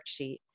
worksheet